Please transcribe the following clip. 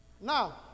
Now